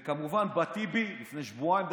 בא טיבי לפני שבועיים,